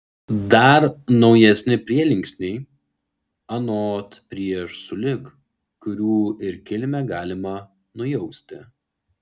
dar naujesni prielinksniai anot prieš sulig kurių ir kilmę galima nujausti